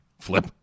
Flip